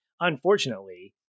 Unfortunately